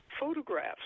photographs